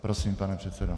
Prosím, pane předsedo.